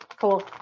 Cool